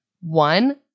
One